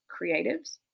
creatives